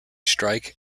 strike